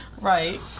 Right